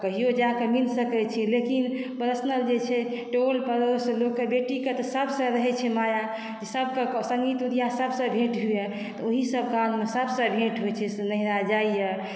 कहियो जाकऽ मिली सकै छी लेकिन पर्सनल जे छै टोल पड़ोस लोकके बेटीके तऽ सबसॅं रहै छै माया सभसॅं संग्गी संगतुरिया सभसँ भेट होइया तऽ ओहिसभ कालमे सभसँ भेट होइ छै से नैहरा जाइया